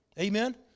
Amen